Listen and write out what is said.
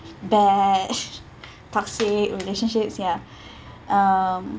bad toxic relationships ya um